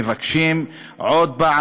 מבקשים עוד פעם,